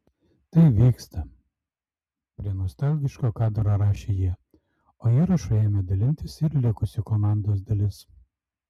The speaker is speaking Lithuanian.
tai vyksta prie nostalgiško kadro rašė jie o įrašu ėmė dalintis ir likusi komandos dalis